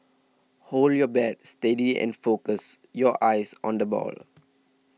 hold your bat steady and focus your eyes on the ball